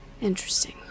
Interesting